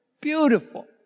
beautiful